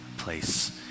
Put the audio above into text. place